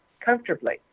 comfortably